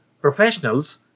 professionals